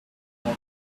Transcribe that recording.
more